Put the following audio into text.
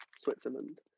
Switzerland